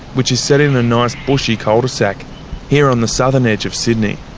which is set in a nice bushy cul-de-sac here on the southern edge of sydney.